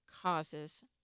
causes